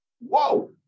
Whoa